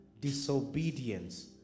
disobedience